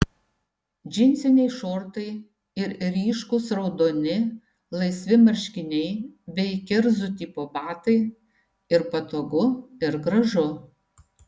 džinsiniai šortai ir ryškūs raudoni laisvi marškiniai bei kerzų tipo batai ir patogu ir gražu